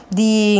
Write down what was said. di